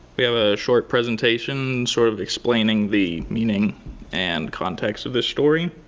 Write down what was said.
we have a short presentation sort of explaining the meaning and context of this story,